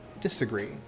disagree